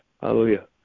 Hallelujah